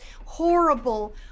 horrible